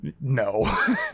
No